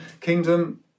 Kingdom